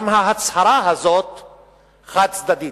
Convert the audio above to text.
גם ההצהרה הזאת חד-צדדית.